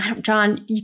John